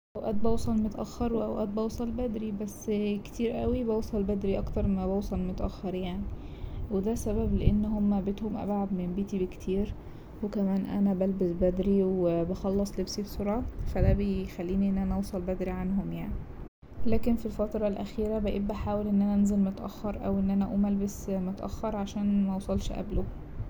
أوقات بوصل متأخر واوقات بوصل بدري بس كتير أوي بوصل بدري أكتر ما بوصل متأخر يعني وده سبب لأن هما بيتهم أبعد من بيتي بكتير وكمان أنا بلبس بدري وبخلص لبسي بسرعة فا ده بيخليني إن أنا أوصل بدري عنهم يعني لكن في الفترة الاخيرة بقيت بحاول إن أنا أنزل متأخر أو إن أنا أقوم ألبس متأخر عشان موصلش قبلهم.